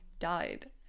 died